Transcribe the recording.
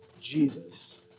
Jesus